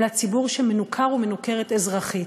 אלא ציבור שמנוכר ומנוכרת אזרחית.